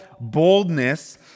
boldness